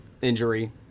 injury